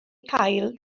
cael